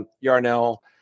Yarnell